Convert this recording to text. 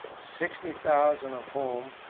sixty thousand of whom,